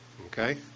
okay